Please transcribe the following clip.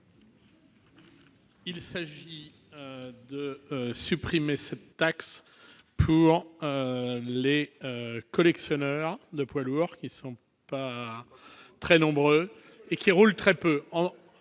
Il s'agit de supprimer la taxe pour les collectionneurs de poids lourds, qui ne sont pas très nombreux et roulent très peu.